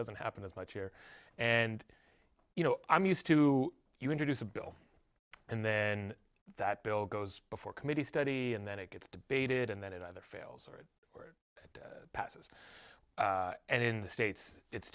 doesn't happen as much here and you know i'm used to you introduce a bill and then that bill goes before committee study and then it gets debated and then it either fails or it passes and in the states it's